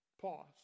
Pause